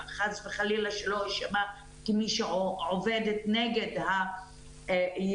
חס וחלילה שלא יישמע כמי שעובדת נגד היבואנים,